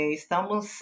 estamos